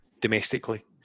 domestically